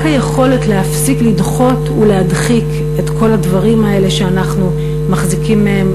רק היכולת להפסיק לדחות ולהדחיק את כל הדברים האלה שאנחנו מחזיקים מהם,